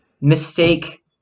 mistake